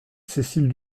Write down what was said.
cécile